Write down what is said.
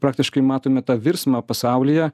praktiškai matome tą virsmą pasaulyje